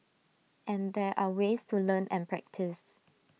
and there are ways to learn and practice